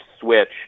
switch